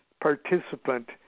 participant